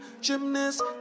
Gymnast